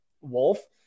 Wolf